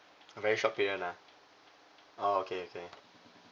a very short period ah oh okay okay